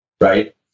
right